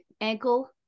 ankle